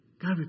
God